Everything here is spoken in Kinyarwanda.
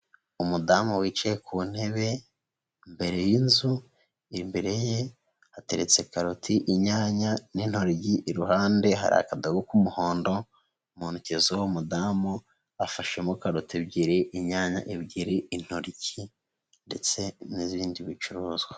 Umudamu wicaye ku ntebe imbere y'inzu, imbere ye hateretse karoti, inyanya n'intoryi iruhande k'umuhondo, mu ntoki z'uyu mudamu, afashemo karoti ebyiri, inyanya ebyiri intoryi ndetse n'ibindi bicuruzwa.